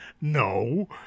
no